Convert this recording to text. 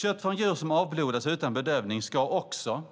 Kött från djur som avblodats utan bedövning ska också,